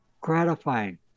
gratifying